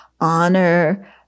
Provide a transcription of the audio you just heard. honor